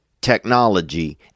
technology